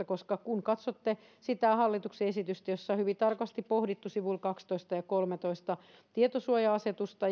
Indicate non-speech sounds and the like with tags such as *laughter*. *unintelligible* koska kun katsotte sitä hallituksen esitystä jossa on hyvin tarkasti pohdittu sivuilla kaksitoista ja kolmetoista tietosuoja asetusta *unintelligible*